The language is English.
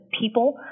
people